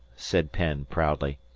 said penn proudly,